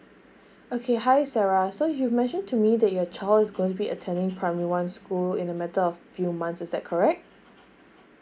okay hi sarah so you've mentioned to me that your child is going to be attending primary one school in the matter of few months is that correct